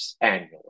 annually